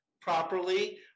properly